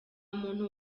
muntu